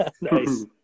Nice